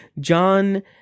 John